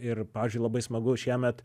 ir pavyzdžiui labai smagu šiemet